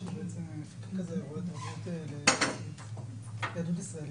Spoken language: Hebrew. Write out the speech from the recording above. צריכים להגיד אותה לא רק בתחום הקורונה,